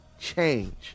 Change